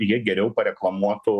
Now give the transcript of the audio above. jie geriau pareklamuotų